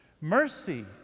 Mercy